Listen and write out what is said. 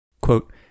Quote